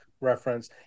reference